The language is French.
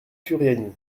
furiani